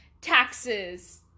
taxes